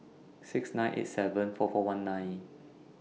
six nine eight seven four four one nine